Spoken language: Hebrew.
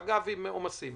אגב עם עומסים.